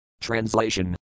Translation